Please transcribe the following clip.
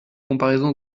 comparaisons